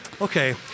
okay